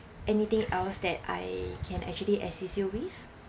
anything else that I can actually assist you with